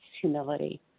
humility